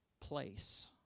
place